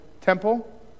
temple